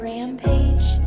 Rampage